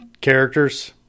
characters